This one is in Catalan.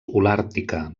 holàrtica